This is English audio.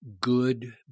Good